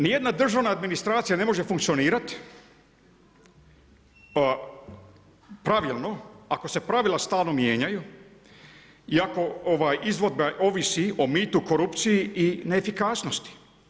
Nijedna državna administracija ne može funkcionirat pravilno ako se pravila stalno mijenjaju i ako izvedbe ovise o mitu, korupciji i neefikasnosti.